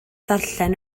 ddarllen